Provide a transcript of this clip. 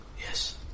Yes